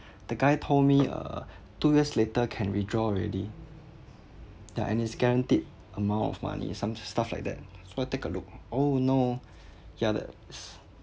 the guy told me uh two years later can withdraw already ya and it's guaranteed amount of money some stuff like that so I take a look oh no ya that's